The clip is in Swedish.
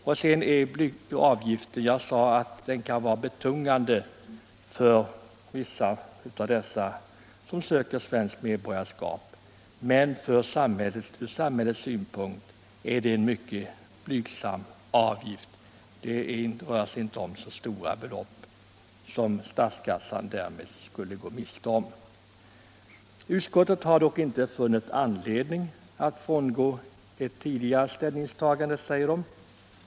Jag sade att avgiften kan vara betungande för vissa av dem som söker svenskt medborgarskap. Men ur samhällets synpunkt är det en mycket blygsam summa — det är inte så stora belopp som statskassan därmed skulle gå miste om. Utskottet har dock inte funnit anledning att frångå ett tidigare ställningstagande, heter det i betänkandet.